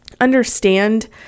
understand